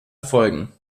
folgen